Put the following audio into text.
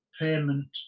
payment